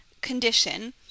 condition